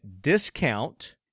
discount